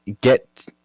get